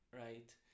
right